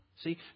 See